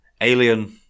alien